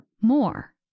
More